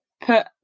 put